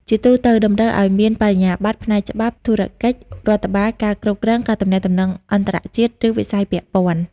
ជាទូទៅ តម្រូវឱ្យមាន បរិញ្ញាបត្រ ផ្នែកច្បាប់ ធុរកិច្ច រដ្ឋបាល ការគ្រប់គ្រង ការទំនាក់ទំនងអន្តរជាតិ ឬវិស័យពាក់ព័ន្ធ។